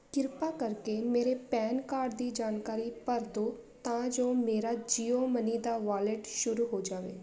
ਕ੍ਰਿਪਾ ਕਰਕੇ ਮੇਰੇ ਪੈਨ ਕਾਰਡ ਦੀ ਜਾਣਕਾਰੀ ਭਰ ਦਿਓ ਤਾਂ ਜੋ ਮੇਰਾ ਜੀਓ ਮਨੀ ਦਾ ਵਾਲਿਟ ਸ਼ੁਰੂ ਹੋ ਜਾਵੇ